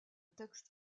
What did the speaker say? texte